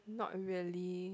not really